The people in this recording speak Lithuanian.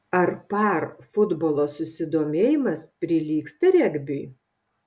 ar par futbolo susidomėjimas prilygsta regbiui